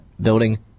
building